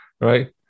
right